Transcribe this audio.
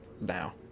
now